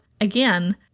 again